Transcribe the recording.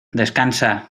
descansa